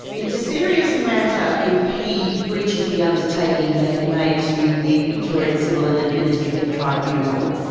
it's a serious matter if he breaches the undertaking that he made to the victorian civil and administrative tribunal,